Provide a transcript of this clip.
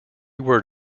word